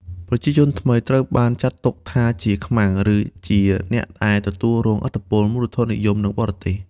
ប្រជាជនថ្មីត្រូវបានចាត់ទុកថាជា "ខ្មាំង" ឬជាអ្នកដែលទទួលរងឥទ្ធិពលមូលធននិយម និងបរទេស។